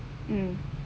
mm